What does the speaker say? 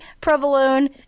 provolone